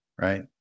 Right